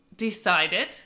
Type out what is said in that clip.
Decided